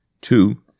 two